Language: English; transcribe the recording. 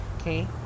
Okay